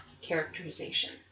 characterization